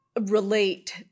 relate